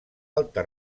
alta